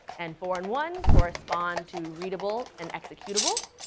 and four and one correspond to readable and executable.